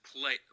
play